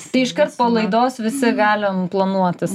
tai iškart po laidos visi galim planuotis